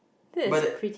but that